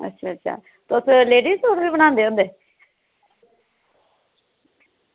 अच्छा अच्छा तुस लेडीज़ सूट बी बनांदे होंदे